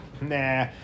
Nah